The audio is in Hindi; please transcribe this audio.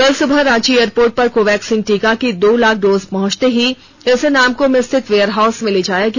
कल सुबह रांची एयरपोर्ट पर कोवैक्सीन टीका की दो लाख डोज पहुंचते ही इसे नामकुम स्थित वेयर हाउस ले जाया गया